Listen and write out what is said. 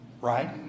Right